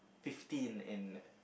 fifteen and